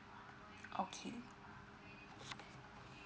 okay